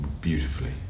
beautifully